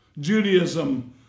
Judaism